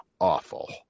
awful